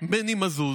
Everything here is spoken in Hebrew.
מני מזוז